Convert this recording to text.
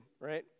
right